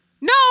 No